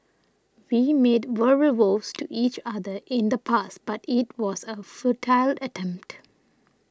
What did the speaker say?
we made verbal vows to each other in the past but it was a futile attempt